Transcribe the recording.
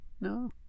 No